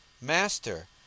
Master